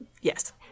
Yes